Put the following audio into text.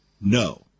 No